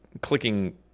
clicking